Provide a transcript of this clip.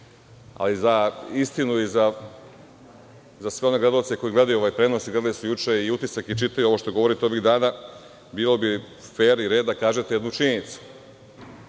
i za istinu i za sve one gledaoce koji gledaju ovaj prenos, i gledali su juče „Utisak“ i čitaju ovo što vi govorite ovih dana, bio bi fer i red da kažete jednu činjenicu. Izabran